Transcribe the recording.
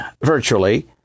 virtually